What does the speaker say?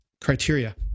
criteria